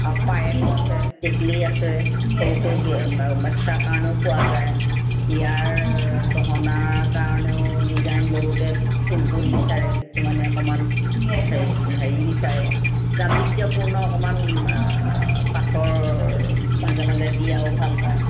পায়েল আছে টিকলি আছে সৰু সৰু বাচ্ছাৰ কাৰণেও পোৱা যায় বিয়াৰ গহনাৰ কাৰণেও ডিজাইন বহুতে চিম্পুল বিচাৰে কিছুমানে অকণমান হেৰি বিচাৰে গাম্ভিৰ্য্যপূৰ্ণ অকণমান পাথৰ মাজে মাজে দিয়াও ভাল পায়